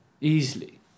easily